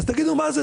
תגידו: מה זה?